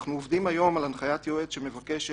אנחנו עובדים היום על הנחיית יועץ שמבקשת